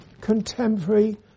contemporary